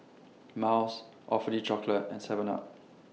Miles Awfully Chocolate and Seven up